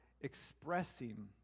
expressing